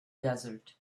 desert